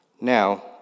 Now